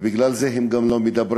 בגלל זה הם גם לא מדברים.